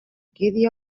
quedi